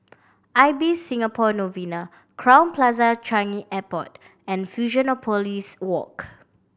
Ibis Singapore Novena Crowne Plaza Changi Airport and Fusionopolis Walk